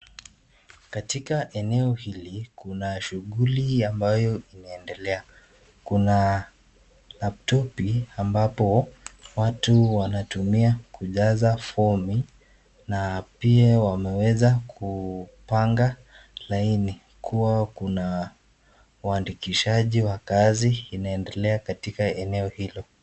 Katika eneo hili kuna shughuli ambayo inaendelea. Kuna laptopi ambapo watu wanatumia kujaza fomi na pia wameweza kupanga laini kua kuna uandikishaji wa kazi inaendelea katika eneo hilo.